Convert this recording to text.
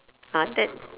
ah that